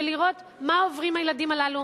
ולראות מה עוברים הילדים האלה,